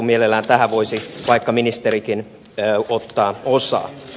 mielellään tähän voisi vaikka ministerikin ottaa osaa